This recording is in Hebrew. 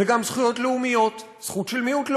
זה גם זכויות לאומיות, זכות של מיעוט לאומי.